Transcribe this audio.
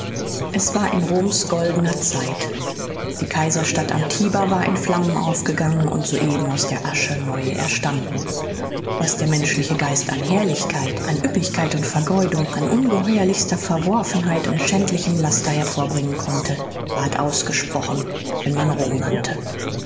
es war in roms goldener zeit die kaiserstadt am tiber war in flammen aufgegangen und soeben aus der asche neu erstanden was der menschliche geist an herrlichkeit an ueppigkeit und vergeudung an ungeheuerlichster verworfenheit und schändlichem laster hervorbringen konnte ward ausgesprochen wenn man rom nannte